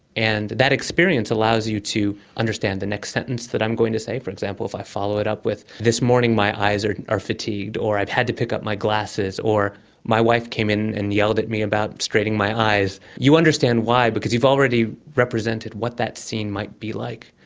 and that experience allows you to understand the next sentence that i'm going to say. for example, if i follow it up with this morning my eyes are fatigued, or i've had to pick up my glasses, or my wife came in and yelled at me about straining my eyes, you understand why because you've already represented what that scene might be like,